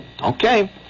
okay